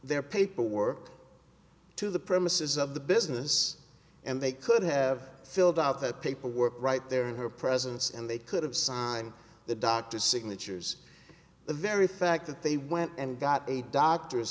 their paperwork to the premises of the business and they could have filled out the paperwork right there in her presence and they could have signed the doctor's signatures the very fact that they went and got a doctor's